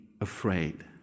afraid